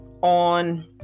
on